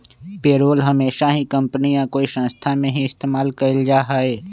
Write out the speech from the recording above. payroll हमेशा ही company या कोई संस्था में ही इस्तेमाल कइल जाहई